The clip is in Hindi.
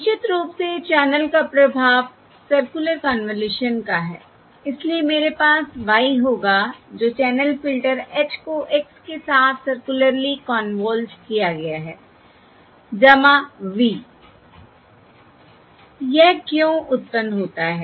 निश्चित रूप से चैनल का प्रभाव सर्कुलर कन्वॉल्यूशन का है इसलिए मेरे पास y होगा जो चैनल फ़िल्टर h को x के साथ सर्कुलरली कन्वॉल्वड किया गया है v I यह क्यों उत्पन्न होता है